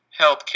healthcare